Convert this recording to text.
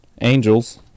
Angels